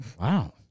Wow